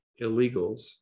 illegals